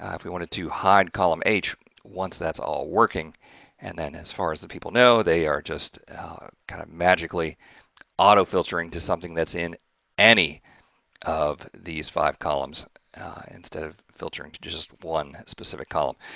if we wanted to, hide column h once that's all working and then, as far as the people know, they are just kind of magically auto-filtering to something that's in any of these five columns instead of filtering to just one specific column.